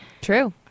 True